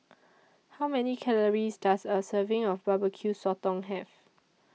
How Many Calories Does A Serving of Barbecue Sotong Have